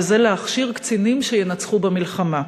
וזה להכשיר קצינים שינצחו במלחמה.